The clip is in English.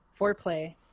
foreplay